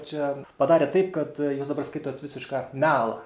čia padarė taip kad jūs dabar skaitot visišką melą